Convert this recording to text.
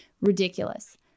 ridiculous